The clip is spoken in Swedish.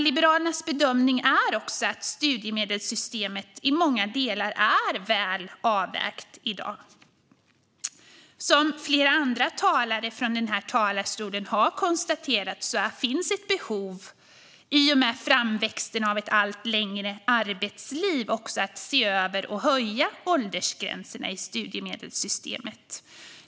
Liberalernas bedömning är att studiemedelssystemet i många delar är väl avvägt i dag. Som flera andra talare i denna talarstol har konstaterat finns ett behov, i och med framväxten av ett allt längre arbetsliv, av att se över och höja åldersgränserna i studiemedelssystemet.